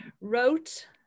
wrote